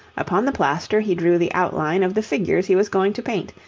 upon the plaster he drew the outline of the figures he was going to paint,